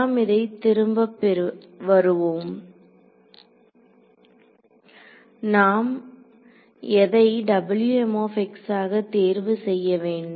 நாம் இதற்கு திரும்ப வருவோம் நான் எதை ஆக தேர்வு செய்யவேண்டும்